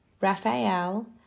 Raphael